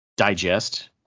digest